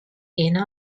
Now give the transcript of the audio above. anna